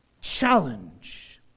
challenge